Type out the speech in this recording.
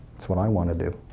what i want to do.